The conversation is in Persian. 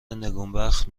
نگونبخت